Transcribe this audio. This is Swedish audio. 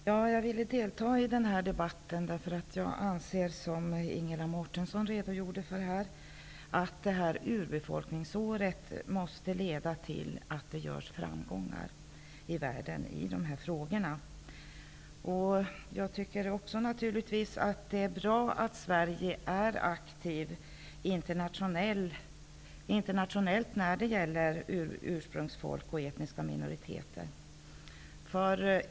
Herr talman! Jag ville delta i den här debatten därför att jag anser, liksom Ingela Mårtensson, att urbefolkningsåret måste leda till att det görs framsteg i världen i de här frågorna. Jag tycker naturligtvis också att det är bra att Sverige är aktivt internationellt när det gäller ursprungsfolk och etniska minoriteter.